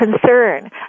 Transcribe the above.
concern